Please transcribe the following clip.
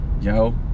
yo